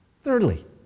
Thirdly